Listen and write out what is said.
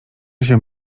się